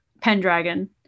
Pendragon